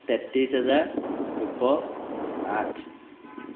তেত্ৰিছ হেজাৰ দুশ আঠ